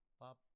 pop